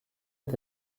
est